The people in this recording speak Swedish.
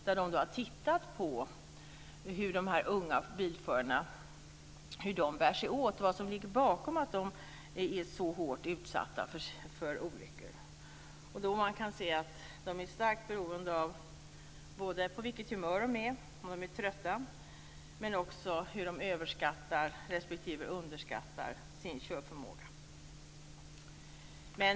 Man har där studerat hur de unga bilförarna bär sig åt, vad som ligger bakom att de är så hårt utsatta för olyckor. Man kan se att de är starkt beroende av på vilket humör de är och av om de är trötta men också att de överskattar respektive underskattar sin körförmåga.